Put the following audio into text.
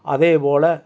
அதேபோல்